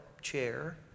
chair